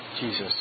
Jesus